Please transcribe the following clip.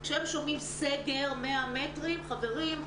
כשהם שומעים סגר 100 מטרים, חברים,